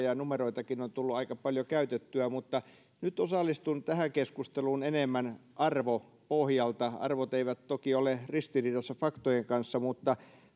puheenvuoroja ja numeroitakin on tullut aika paljon käytettyä mutta nyt osallistun tähän keskusteluun enemmän arvopohjalta arvot eivät toki ole ristiriidassa faktojen kanssa mutta